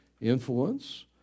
influence